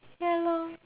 ya lor